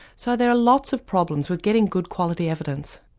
so there are lots of problems with getting good quality evidence.